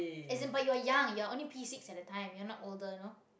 as in but you are young you are only P six at that time you're not older you know